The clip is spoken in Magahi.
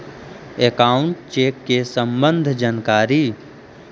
अकाउंट चेक के सम्बन्ध जानकारी?